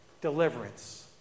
deliverance